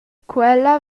quella